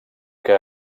que